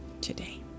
today